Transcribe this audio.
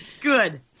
Good